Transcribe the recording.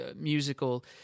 musical